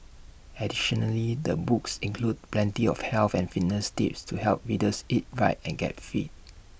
additionally the books includes plenty of health and fitness tips to help readers eat right and get fit